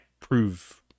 prove